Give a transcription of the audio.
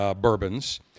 bourbons